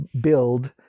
build